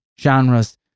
genres